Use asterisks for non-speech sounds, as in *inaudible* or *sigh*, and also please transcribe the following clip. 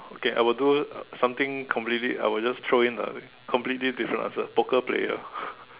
okay I would do something completely I would just throw in a completely different answer poker player *laughs*